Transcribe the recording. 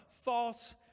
false